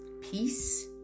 peace